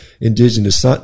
indigenous